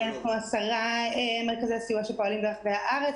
אנחנו עשרה מרכזי סיוע שפועלים ברחבי הארץ,